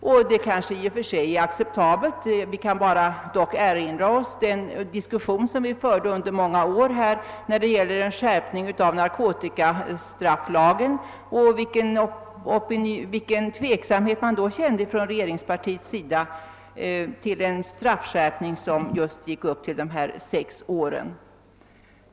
Detta är kanske i och för sig acceptabelt, men vi kan dock erinra oss den diskussion som under många år fördes om en skärpning av narkotikastrafflagen och den tveksamhet regeringspartiet då hyste till en straffskärpning som gällde just sex år.